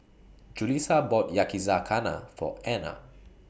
Julissa bought Yakizakana For Ana